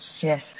Yes